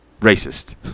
racist